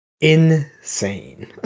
insane